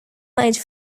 made